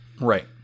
Right